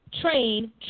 train